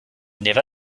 never